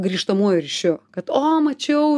grįžtamuoju ryšiu kad o mačiau